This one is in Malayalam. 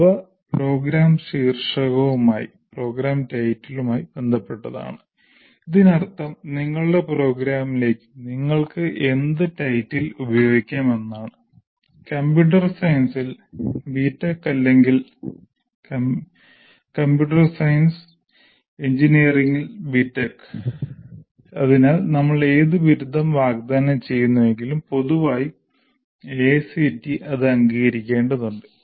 അവ പ്രോഗ്രാം ശീർഷകവുമായി ബന്ധപ്പെട്ടതാണ് അതിനർത്ഥം നിങ്ങളുടെ പ്രോഗ്രാമിലേക്ക് നിങ്ങൾക്ക് എന്ത് ശീർഷകം ഉപയോഗിക്കാമെന്നാണ് കമ്പ്യൂട്ടർ സയൻസിൽ ബിടെക് അല്ലെങ്കിൽ കമ്പ്യൂട്ടർ സയൻസ് എഞ്ചിനീയറിംഗിൽ ബി ടെക് അതിനാൽ നമ്മൾ ഏത് ബിരുദം വാഗ്ദാനം ചെയ്യുന്നുവെങ്കിലും പൊതുവായി AICTE അത് അംഗീകരിക്കേണ്ടതുണ്ട്